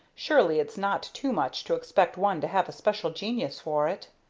surely it's not too much to expect one to have a special genius for it!